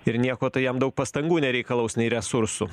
ir nieko tai jam daug pastangų nereikalaus nei resursų